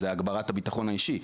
זה הגברת הבטחון האישי,